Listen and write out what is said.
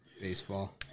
Baseball